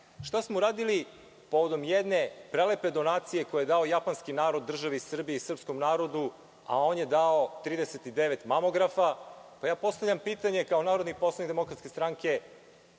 Šta smo uradili povodom jedne prelepe donacije koju je dao japanski narod državi Srbiji i srpskom narodu, a on je dao 39 mamografa. Postavljam pitanje kao narodni poslanik DS – gde su